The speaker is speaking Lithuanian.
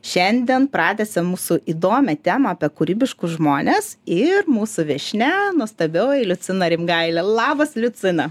šiandien pratęsiam mūsų įdomią temą apie kūrybiškus žmones ir mūsų viešnia nuostabioji liucina rimgailė labas liucina labas